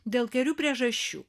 dėl kelių priežasčių